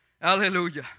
Hallelujah